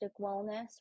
wellness